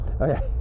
Okay